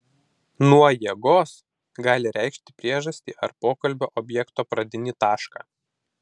nuo jėgos gali reikšti priežastį ar pokalbio objekto pradinį tašką